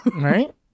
Right